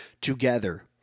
together